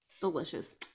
delicious